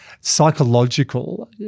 Psychological